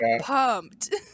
pumped